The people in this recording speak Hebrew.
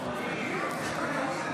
(קורא בשמות חברי הכנסת)